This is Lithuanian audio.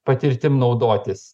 patirtim naudotis